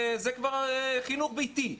זה כבר חינוך ביתי.